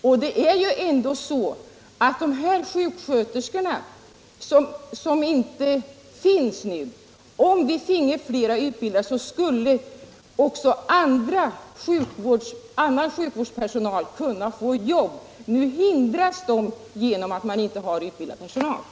Om vi finge fler sjuksköterskor skulle också annan sjukvårdspersonal få jobb. Nu hindras de genom att det inte finns utbildade sjuksköterskor.